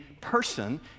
person